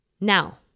Now